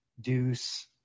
Deuce